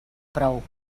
prou